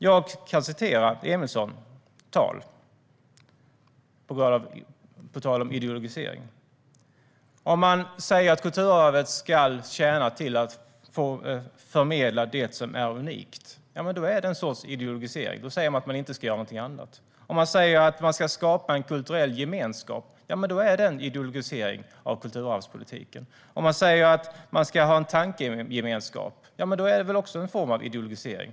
Jag kan återge vad Emilsson sa här, på tal om ideologisering. Om man säger att kulturarvet ska tjäna till att förmedla det som är unikt är det en sorts ideologisering. Då säger man att man inte ska göra någonting annat. Om man säger att man ska skapa en kulturell gemenskap är det en ideologisering av kulturarvspolitiken. Om man säger att man ska ha en tankegemenskap är det också en form av ideologisering.